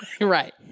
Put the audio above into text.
Right